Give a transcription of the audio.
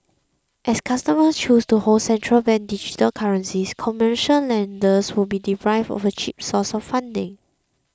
as customers choose to hold central bank digital currencies commercial lenders would be deprived of a cheap source of funding